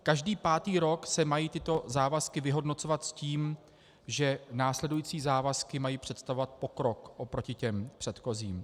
Každý pátý rok se mají tyto závazky vyhodnocovat s tím, že následující závazky mají představovat pokrok oproti těm předchozím.